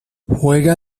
juega